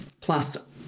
plus